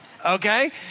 Okay